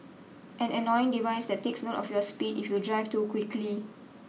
an annoying device that takes note of your speed if you drive too quickly